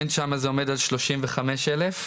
שם זה עומד על שלושים וחמש אלף.